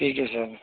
ठीक है सर